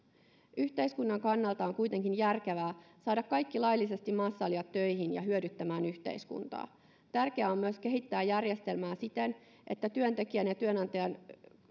yhteiskunnan kannalta on kuitenkin järkevää saada kaikki laillisesti maassa olijat töihin ja hyödyttämään yhteiskuntaa tärkeää on myös kehittää järjestelmää siten että työntekijän ja työnantajan